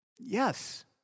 Yes